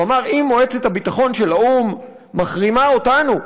הוא אמר: אם מועצת הביטחון של האו"ם מחרימה אותנו,